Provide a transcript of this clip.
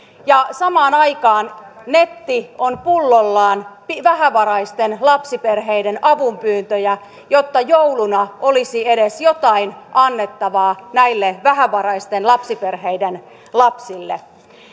ja samaan aikaan netti on pullollaan vähävaraisten lapsiperheiden avunpyyntöjä jotta jouluna olisi edes jotain annettavaa näille vähävaraisten lapsiperheiden lapsille